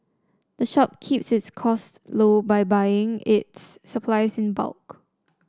the shop keeps its costs low by buying its supplies in bulk